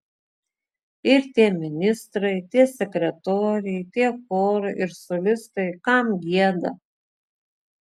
ir tie ministrai tie sekretoriai tie chorai ir solistai kam gieda